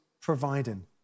providing